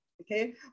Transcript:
okay